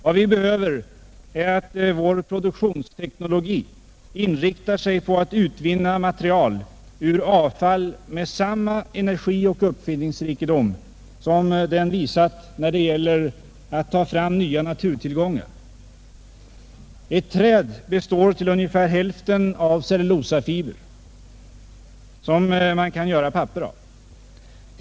Vad vi behöver är att vår produktionsteknologi inriktar sig på att utvinna material ur avfall med samma energi och uppfinningsrikedom som den visat när det gäller att ta fram nya naturtillgångar. Ett träd består till ungefär hälften av cellulosafibrer som man kan göra papper av.